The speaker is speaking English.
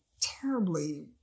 terribly